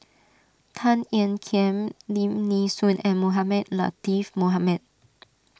Tan Ean Kiam Lim Nee Soon and Mohamed Latiff Mohamed